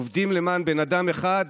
עובדים למען בן אדם אחד,